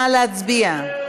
נא להצביע.